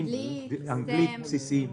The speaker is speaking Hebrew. אנגלית בסיסית.